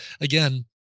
again